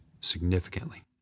significantly